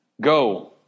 go